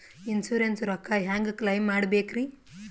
Insurance ರೊಕ್ಕ ಹೆಂಗ claim ಮಾಡ್ಬೇಕ್ರಿ?